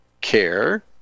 care